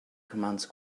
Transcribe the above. commands